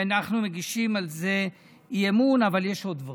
אנחנו מגישים על זה אי-אמון, אבל יש עוד דברים.